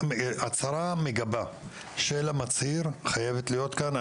הצהרה מגבה של המצהיר חייבת להיות כאן,